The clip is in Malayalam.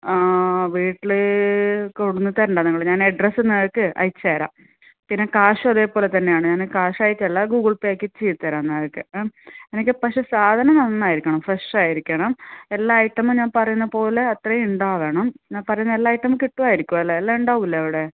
വീട്ടിൽ കൊണ്ടുവന്ന് തരേണ്ട നിങ്ങൾ അഡ്രസ്സ് നിങ്ങൾക്ക് അയച്ച് തരാം പിന്നെ കാശും അതേപോലെ തന്നെയാണ് ഞാൻ കാശ് ആയിട്ടല്ല ഗൂഗിൾ പേയ്ക്ക് ചെയ്ത് തരാം നിങ്ങൾക്ക് എനിക്ക് പക്ഷേ സാധനം നന്നായിരിക്കണം ഫ്രഷ് ആയിരിക്കണം എല്ലാ ഐറ്റമും ഞാൻ പറയുന്നത് പോലെ അത്രയും ഉണ്ടാവണം ഞാൻ പറയുന്ന എല്ലാ ഐറ്റം കിട്ടുമായിരിക്കും അല്ലേ എല്ലാ ഉണ്ടാവില്ലേ അവിടെ